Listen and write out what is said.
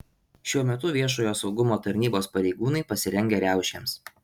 šiuo metu viešojo saugumo tarnybos pareigūnai pasirengę riaušėms